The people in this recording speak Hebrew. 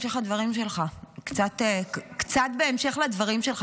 שלך, קצת קשור,